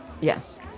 Yes